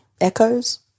Echoes